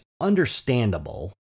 understandable